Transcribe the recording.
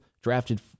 drafted